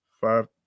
five